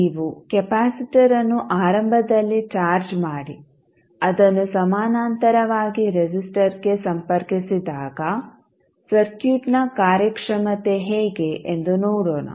ನೀವು ಕೆಪಾಸಿಟರ್ಅನ್ನು ಆರಂಭದಲ್ಲಿ ಚಾರ್ಜ್ ಮಾಡಿ ಅದನ್ನು ಸಮಾನಾಂತರವಾಗಿ ರೆಸಿಸ್ಟರ್ಗೆ ಸಂಪರ್ಕಿಸಿದಾಗ ಸರ್ಕ್ಯೂಟ್ನ ಕಾರ್ಯಕ್ಷಮತೆ ಹೇಗೆ ಎಂದು ನೋಡೋಣ